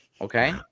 okay